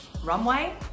runway